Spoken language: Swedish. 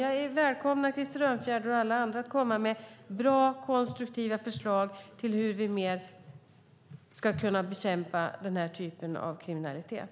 Jag välkomnar om Krister Örnfjäder och alla andra kommer med bra och konstruktiva förslag till hur vi ska kunna bekämpa den typen av kriminalitet.